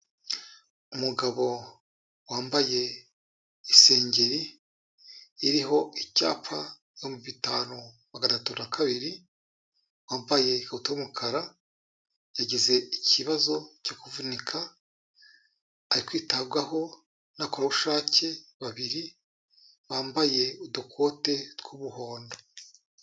Umugabo wambaye isengeri, iriho icyapa ibihumbi bitanu magana atatu na kabiri, wambaye ikabutura y'umukara, yagize ikibazo cyo kuvunika; ari kwitabwaho n'abakoranabushake babiri bambaye udukote tw'umuhondo.